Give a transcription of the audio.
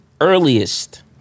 Earliest